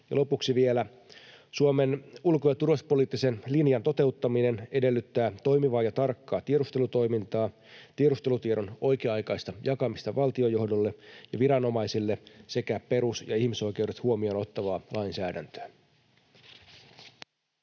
lopuksi vielä: Suomen ulko- ja turvallisuuspoliittisen linjan toteuttaminen edellyttää toimivaa ja tarkkaa tiedustelutoimintaa, tiedustelutiedon oikea-aikaista jakamista valtiojohdolle ja viranomaisille sekä perus- ja ihmisoikeudet huomioon ottavaa lainsäädäntöä.